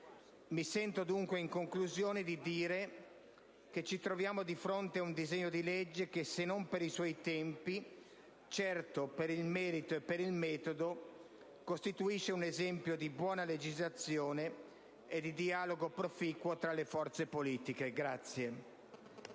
importante. In conclusione, mi sento di dire che ci troviamo di fronte ad un disegno di legge che, se non per i suoi tempi di esame, certo per il merito e per il metodo costituisce un esempio di buona legislazione e di dialogo proficuo tra le forze politiche.